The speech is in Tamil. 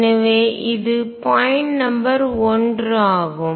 எனவே இது பாயின்ட் நம்பர் 1 ஆகும்